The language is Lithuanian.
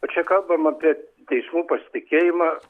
o čia kalbam apie teismų pasitikėjimą